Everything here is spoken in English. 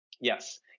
Yes